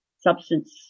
substance